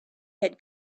had